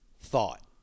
thought